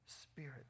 Spirit